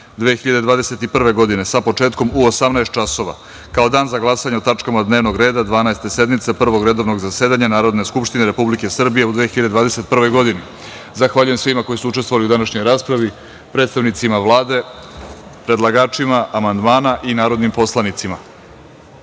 2021. godine sa početkom u 18,00 časova kao Dan za glasanje o tačkama dnevnog reda Dvanaeste sednice Prvog redovnog zasedanja Narodne skupštine Republike Srbije u 2021. godini. Zahvaljujem svima koji su učestvovali u današnjoj raspravi, predstavnicima Vlade, predlagačima amandmana i narodnim poslanicima.(Posle